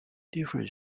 different